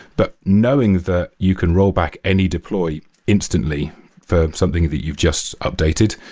but knowing that you can roll back any deploy instantly for something that you've just updated,